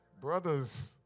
brothers